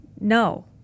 no